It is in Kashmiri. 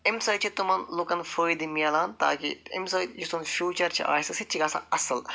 اَمہِ سۭتۍ چھِ تِمن لوٗکن فٲیِدٕ میلان تاکہِ اَمہِ سۭتۍ یُس زن فیٛوٗچر چھُ اَسہِ سُہ تہِ چھُ گژھان اَصٕل